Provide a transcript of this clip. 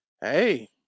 Hey